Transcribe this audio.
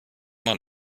man